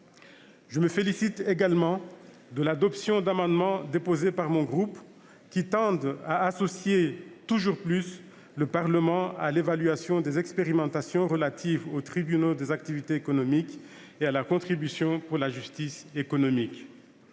Je me félicite également de l'adoption d'amendements déposés par mon groupe, qui tendent à associer toujours plus le Parlement à l'évaluation des expérimentations relatives aux tribunaux des activités économiques et à la contribution pour la justice économique.